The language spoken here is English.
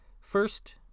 First